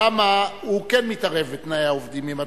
למה הוא כן מתערב בתנאי העובדים.